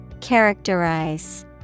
Characterize